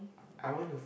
I want to